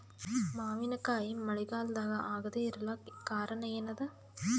ಮಾವಿನಕಾಯಿ ಮಳಿಗಾಲದಾಗ ಆಗದೆ ಇರಲಾಕ ಕಾರಣ ಏನದ?